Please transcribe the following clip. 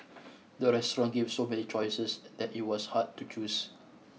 the restaurant gave so many choices that it was hard to choose